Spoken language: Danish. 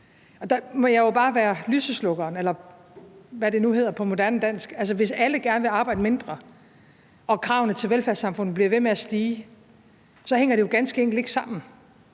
og der må jeg jo bare være lyseslukkeren, eller hvad det nu hedder på moderne dansk, for hvis alle gerne vil arbejde mindre og kravene til velfærdssamfundet bliver ved med at stige, hænger det jo ganske enkelt ikke sammen